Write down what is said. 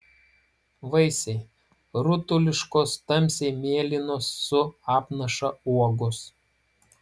vaisiai rutuliškos tamsiai mėlynos su apnaša uogos